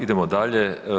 Idemo dalje.